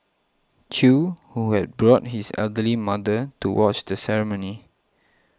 Chew who had brought his elderly mother to watch the ceremony